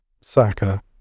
Saka